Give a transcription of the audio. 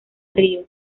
río